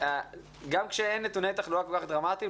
גם כשאין נתוני תחלואה כל כך דרמטיים,